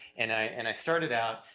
and i, and i started out,